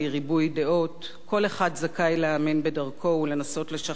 כל אחד זכאי להאמין בדרכו ולנסות לשכנע את האחר,